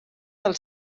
del